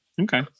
okay